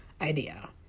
idea